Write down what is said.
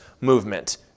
movement